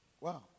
Wow